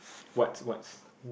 what's what's